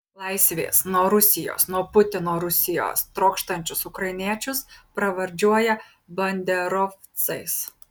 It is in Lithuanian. laisvės nuo rusijos nuo putino rusijos trokštančius ukrainiečius pravardžiuoja banderovcais